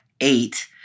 eight